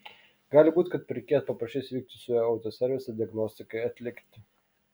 gali būti kad pirkėjas paprašys vykti su juo į autoservisą diagnostikai atlikti